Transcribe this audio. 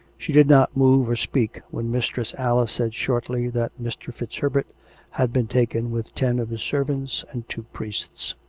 she did not move or speak when mistress alice said shortly that mr. fitzherbert had been taken with ten of his servants and two priests.